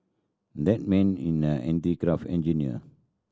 that man in an craft engineer